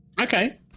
Okay